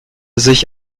sich